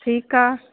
ठीकु आहे